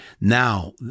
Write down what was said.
now